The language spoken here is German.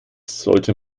sollte